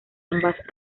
ambas